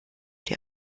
die